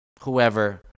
whoever